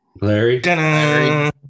larry